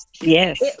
Yes